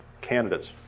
candidates